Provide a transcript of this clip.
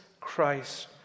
Christ